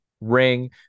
ring